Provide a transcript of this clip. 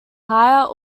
higher